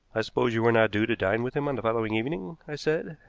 i suppose you were not due to dine with him on the following evening? i said.